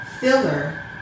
Filler